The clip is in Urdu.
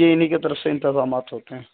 یہ ان ہی کی طرف سے انتظامات ہوتے ہیں